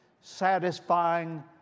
satisfying